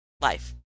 life